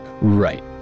Right